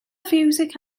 fiwsig